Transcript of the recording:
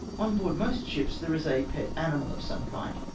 on board most ships there is a pet animal of some kind.